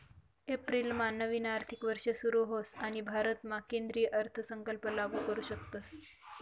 एप्रिलमा नवीन आर्थिक वर्ष सुरू होस आणि भारतामा केंद्रीय अर्थसंकल्प लागू करू शकतस